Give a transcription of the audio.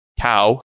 cow